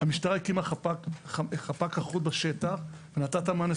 המשטרה הקימה חפ"ק אחוד בשטח ונתנה את המענה.